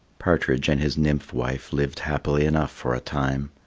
partridge and his nymph-wife lived happily enough for a time.